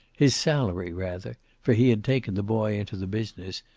his salary, rather, for he had taken the boy into the business,